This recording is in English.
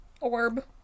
Orb